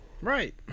Right